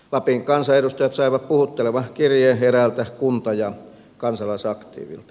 lapin kansanedustajat saivat puhuttelevan kirjeen eräältä kunta ja kansalaisaktiivilta